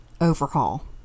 overhaul